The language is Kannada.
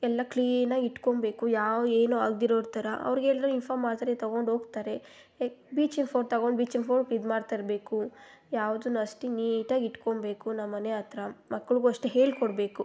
ಎಲ್ಲ ಕ್ಲೀನಾಗಿ ಇಟ್ಕೊಬೇಕು ಯಾವ ಏನು ಆಗ್ದಿರೋರ ಥರ ಅವ್ರಿಗೇಳಿದ್ರೆ ಇನ್ಫಾಮ್ ಮಾಡ್ತಾರೆ ತಗೊಂಡೋಗ್ತಾರೆ ಎ ಬೀಚಿಂಗ್ ಫೌಡ್ ತಗೊಂಡು ಬೀಚಿಂಗ್ ಫೌಡ್ ಇದ್ಮಾಡಿ ತರಬೇಕು ಯಾವುದನ್ನು ಅಷ್ಟೆ ನೀಟಾಗಿ ಇಟ್ಕೊಬೇಕು ನಮ್ಮಮನೆ ಹತ್ರ ಮಕ್ಳಿಗು ಅಷ್ಟೆ ಹೇಳಿಕೊಡ್ಬೇಕು